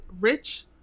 rich